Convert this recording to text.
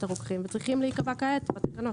הרוקחים וצריכות להיקבע כעת בתקנות.